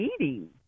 Eating